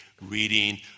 reading